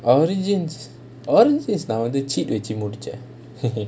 origins origins is now under cheat வெச்சி மமுடிச்சேன்:vechi mudichaen